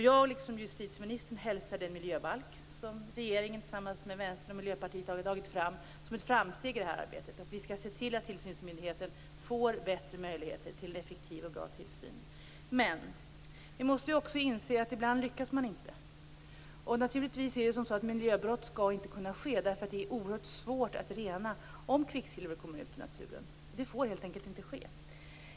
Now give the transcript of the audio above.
Jag liksom justitieministern hälsar den miljöbalk som regeringen tillsammans med Vänstern och Miljöpartiet har tagit fram som ett framsteg i det här arbetet. Vi skall se till att tillsynsmyndigheten får bättre möjligheter till en effektiv och bra tillsyn. Men vi måste också inse att ibland lyckas man inte. Miljöbrott skall naturligtvis inte kunna ske, eftersom det är oerhört svårt att rena om kvicksilver kommer ut i naturen. Det får helt enkelt inte ske.